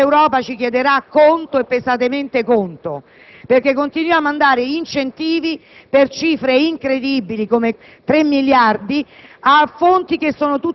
di cui l'Europa ci chiederà pesantemente conto, perché continuiamo a dare incentivi per cifre incredibili (come 3 miliardi)